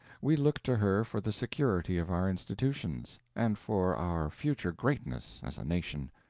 we look to her for the security of our institutions, and for our future greatness as a nation.